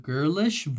Girlish